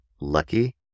lucky